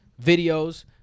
videos